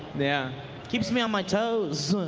yeah keeps me on my toes.